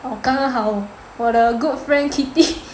我刚刚好我的 good friend Kitty